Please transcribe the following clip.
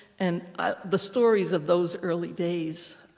and ah the stories of those early days,